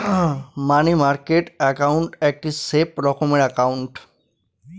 মানি market account একটি safe রকমের account